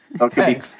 Okay